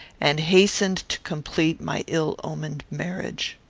and hastened to complete my ill-omened marriage.